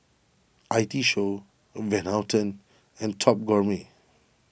I T Show Van Houten and Top Gourmet